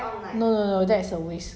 那个衣服都不能进了